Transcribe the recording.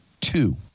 two